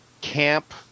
camp